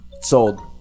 Sold